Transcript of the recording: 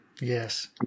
Yes